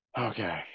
okay